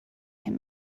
him